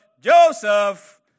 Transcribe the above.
Joseph